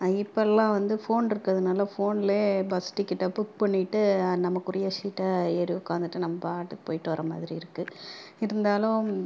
இப்பல்லாம் வந்து ஃபோன் இருக்கிறதுனால ஃபோன்லேயே பஸ் டிக்கெட்டை புக் பண்ணிவிட்டு நமக்குரிய ஷீட்டை ஏறி உக்கார்ந்துட்டு நம்பாட்டுக்கு போய்விட்டு வர மாதிரி இருக்குது இருந்தாலும்